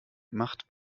macht